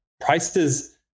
prices